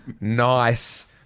nice